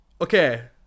Okay